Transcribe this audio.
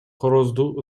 корозду